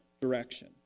direction